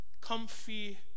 comfy